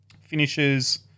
Finishes